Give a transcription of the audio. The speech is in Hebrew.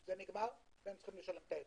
הם צריכים לשלם את ההיטל.